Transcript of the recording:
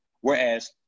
Whereas